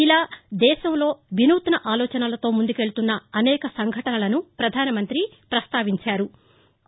ఇలా దేశంలో విసూత్న ఆలోచనలతో ముందుకెళ్తున్న అనేక సంఘటనలను పధాన మంతి పస్తావించారు